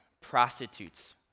prostitutes